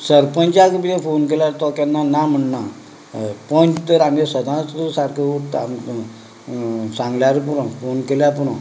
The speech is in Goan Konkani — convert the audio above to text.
सरपंचाक बी फोन केल्यार तो केन्ना ना म्हणना हय पंच तर आमचें सदांच सारकें उत्ता सांगल्यार पुरो फोन केल्या पुरो